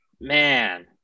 man